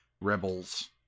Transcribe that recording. rebels